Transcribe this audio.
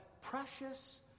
precious